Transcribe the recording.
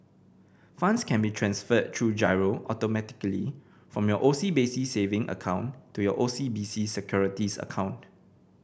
funds can be transferred through giro automatically from your O C B C savings account to your O C B C Securities account